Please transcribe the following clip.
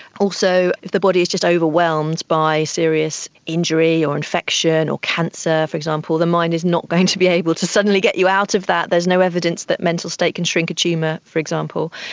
also if the body is just overwhelmed by serious injury or infection or cancer, for example, the mind is not going to be able to suddenly get you out of that, that, there is no evidence that mental state can shrink a tumour, for example.